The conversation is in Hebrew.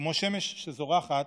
כמו שמש שזורחת,